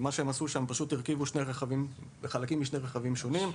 ונמצא שהוא הורכב מחלקים של שני רכבים שונים.